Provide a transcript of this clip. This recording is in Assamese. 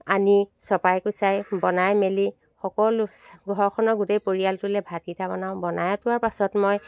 আনি চপাই কোচাই বনাই মেলি সকলো ঘৰখনৰ গোটেই পৰিয়ালটোলৈ ভাতকেইটা বনাও বনাই অতোৱা পাছত মই